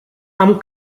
amb